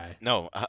No